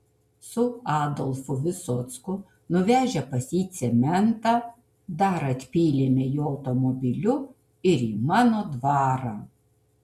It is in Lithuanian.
su adolfu visocku nuvežę pas jį cementą dar atpylėme jo automobiliu ir į mano dvarą